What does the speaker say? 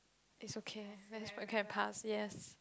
is okay at least I can pass yes